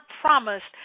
promised